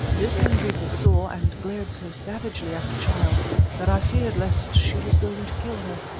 this hendrika saw and glared so savagely at the child that i feared lest she was going to kill her.